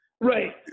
right